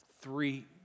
three